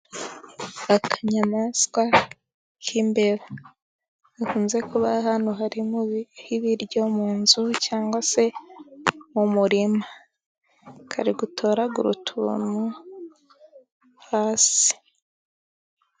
Akanyamaswa k'imbeba zikunze kuba ahantu hari nk'ibiryo mu nzu cyangwa se mu murima, kari gutoragura utuntu hasi.